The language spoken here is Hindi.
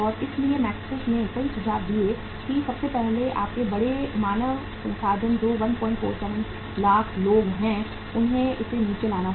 इसलिए मैकिन्से ने कई सुझाव दिए कि सबसे पहले आपके बड़े मानव संसाधन जो 147 लाख लोग हैं उन्हें इसे नीचे लाना होगा